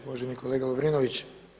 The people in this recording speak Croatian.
Uvaženi kolega Lovrinović.